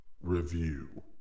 review